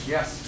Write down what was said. Yes